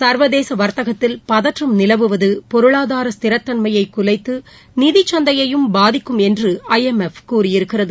சா்வதேசவா்தக்கத்தில் பதற்றம் நிலவுவதுபொருளாதார ஸ்திரத்தன்மையைகுலைத்துநிதிசுந்தையையும் பாதிக்கும் என்று ஐ எம் எப் கூறியிருக்கிறது